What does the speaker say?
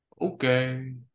Okay